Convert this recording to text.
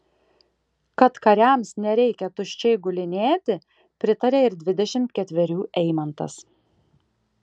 kad kariams nereikia tuščiai gulinėti pritarė ir dvidešimt ketverių eimantas